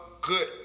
good